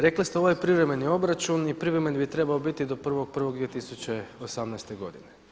Rekli ste ovo je privremeni obračun i privremeni bi trebao biti do 1.1.2018. godine.